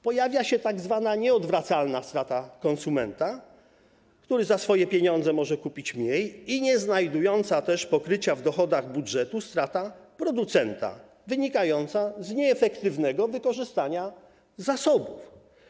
Pojawia się tzw. nieodwracalna strata konsumenta, który za swoje pieniądze może kupić mniej, i nieznajdująca pokrycia w dochodach budżetu strata producenta wynikająca z nieefektywnego wykorzystania zasobów.